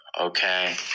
okay